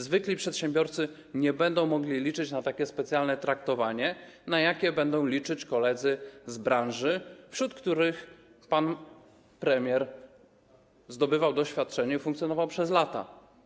Zwykli przedsiębiorcy nie będą mogli liczyć na takie specjalne traktowanie, na jakie będą liczyć koledzy z branży, wśród których pan premier zdobywał doświadczenie i funkcjonował przez lata.